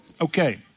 Okay